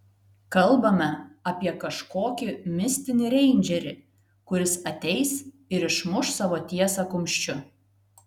kalbame apie kažkokį mistinį reindžerį kuris ateis ir išmuš savo tiesą kumščiu